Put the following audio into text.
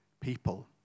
people